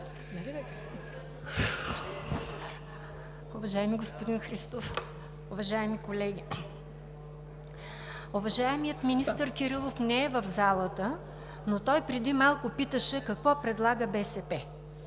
Уважаеми господин Христов, уважаеми колеги! Уважаемият министър Кирилов не е в залата, но той преди малко питаше какво предлага БСП.